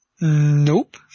Nope